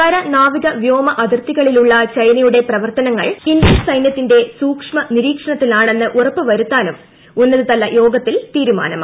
കര നാവിക വ്യോമ അതിർത്തി കളിലുള്ള ചൈനയുടെ പ്രവർത്തനങ്ങൾ ഇന്ത്യൻ സൈന്യത്തിന്റെ സൂക്ഷ്മ നിരീക്ഷണത്തിലാണെന്ന് ഉറപ്പുവരു ത്താനും ഉന്നതതല യോഗത്തിൽ തീരുമാനമായി